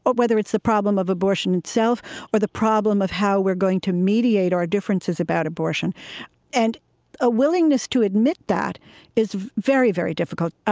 but whether it's the problem of abortion itself or the problem of how we're going to mediate our differences about abortion and a willingness to admit that is very, very difficult.